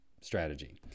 strategy